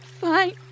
Fine